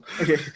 Okay